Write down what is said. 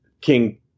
King